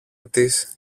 της